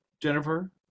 Jennifer